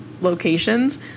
locations